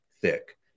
thick